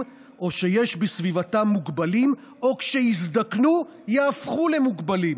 או שיש בסביבתם מוגבלים או כשיזדקנו יהפכו למוגבלים,